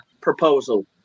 Proposal